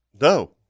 No